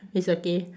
it's okay